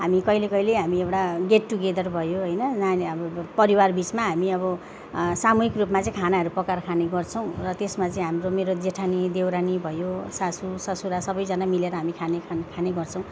हामी हामी कहिले कहिले हामी एउटा गेट टुगेदर भयो होइन नानी हाम्रो परिवार बिचमा हामी अब सामूहिक रूपमा चाहिँ खानाहरू पकाएर खाने गर्छौं र त्यसमा चाहिँ हाम्रो मेरो जेठानी देउरानी भयो सासूससुरा सबैजना मिलेर हामी खाना खाने गर्छौँ